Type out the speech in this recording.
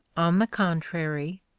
on the contrary,